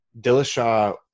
Dillashaw